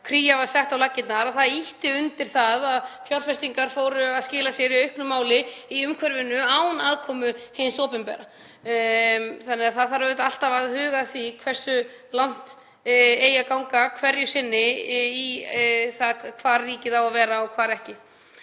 Kría var sett á laggirnar, það ýtti undir það að fjárfestingar fóru að skila sér í auknum máli í umhverfinu án aðkomu hins opinbera. Það þarf alltaf að huga að því hversu langt eigi að ganga hverju sinni varðandi það hvar ríkið á að vera og hvar ekki.